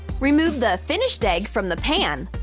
remove the finished egg from the pan.